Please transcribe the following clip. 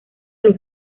los